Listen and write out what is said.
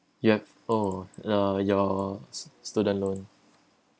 you have oh the your student loan